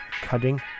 cutting